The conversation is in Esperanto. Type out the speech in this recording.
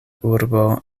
urbo